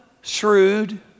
shrewd